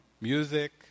music